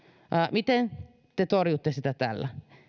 miten te torjutte sitä tällä